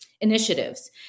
initiatives